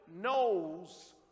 knows